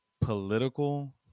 political